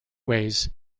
ways